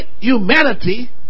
humanity